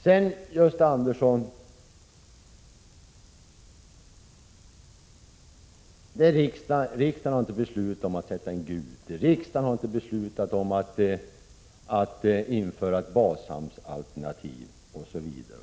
Sedan vill jag säga följande till Gösta Andersson. Riksdagen har inte beslutat att sätta in Gute i färjetrafiken till Gotland. Riksdagen har inte beslutat att införa ett bashamnsalternativ osv.